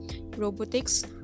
robotics